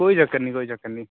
कोई चक्कर निं कोई चक्कर निं